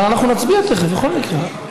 אבל נצביע תכף בכל מקרה.